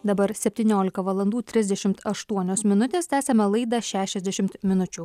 dabar septyniolika valandų trisdešimt aštuonios minutės tęsiame laidą šešiasdešimt minučių